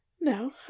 no